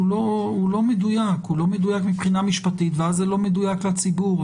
הוא לא מדויק מבחינה משפטית ואז זה לא מדויק לציבור.